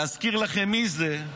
להזכיר לכם מי זה,